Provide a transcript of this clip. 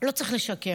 לא צריך לשקר.